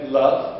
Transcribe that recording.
love